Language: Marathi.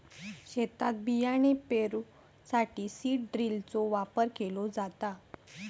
शेतात बियाणे पेरूसाठी सीड ड्रिलचो वापर केलो जाता